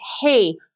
hey